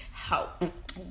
help